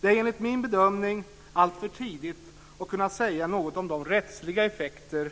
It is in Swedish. Det är enligt min bedömning alltför tidigt att säga något om de rättsliga effekter